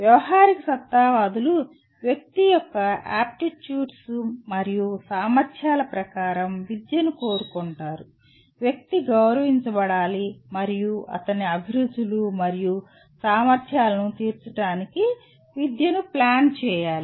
వ్యావహారికసత్తావాదులు వ్యక్తి యొక్క ఆప్టిట్యూడ్స్ మరియు సామర్ధ్యాల ప్రకారం విద్యను కోరుకుంటారు వ్యక్తి గౌరవించబడాలి మరియు అతని అభిరుచులు మరియు సామర్థ్యాలను తీర్చడానికి విద్యను ప్లాన్ చేయాలి